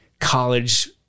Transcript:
college